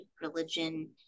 religion